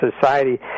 society